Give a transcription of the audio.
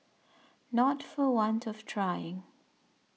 not for want of trying